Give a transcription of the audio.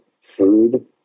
food